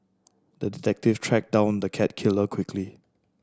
the detective tracked down the cat killer quickly